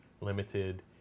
limited